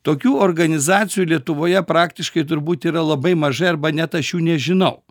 tokių organizacijų lietuvoje praktiškai turbūt yra labai mažai arba net aš jų nežinau